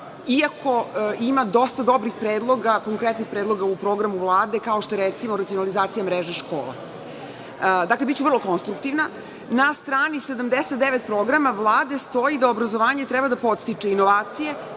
iako ima dosta dobrih predloga, konkretnih predloga u programu Vlade, kao što je racionalizacija mreže škola. Dakle, biću vrlo konstruktivna. Na strani 79. programa Vlade stoji da obrazovanje treba da postiće inovacije,